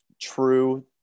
true